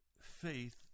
faith